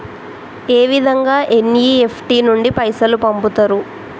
ఏ విధంగా ఎన్.ఇ.ఎఫ్.టి నుండి పైసలు పంపుతరు?